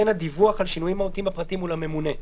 כן הדיווח על שינויים מהותיים בפרטים הוא לממונה.